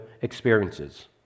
experiences